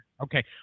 Okay